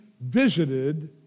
visited